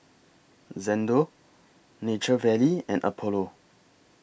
Xndo Nature Valley and Apollo